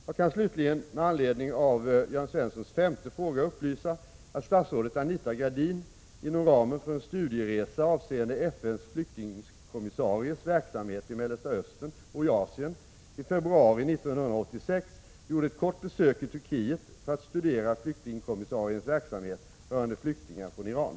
Jag kan slutligen, med anledning av Jörn Svenssons femte fråga, upplysa om att statsrådet Anita Gradin, inom ramen för en studieresa avseende FN:s flyktingkommissaries verksamhet i Mellersta Östern och i Asien, i februari 1986 gjorde ett kort besök i Turkiet för att studera flyktingkommissariens verksamhet rörande flyktingar från Iran.